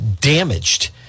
damaged